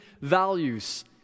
values